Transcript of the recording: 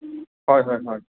হয় হয় হয়